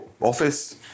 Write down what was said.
Office